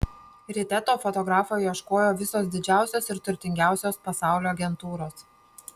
ryte to fotografo ieškojo visos didžiausios ir turtingiausios pasaulio agentūros